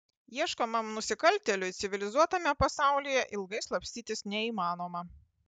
ieškomam nusikaltėliui civilizuotame pasaulyje ilgai slapstytis neįmanoma